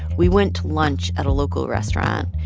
we went to lunch at a local restaurant.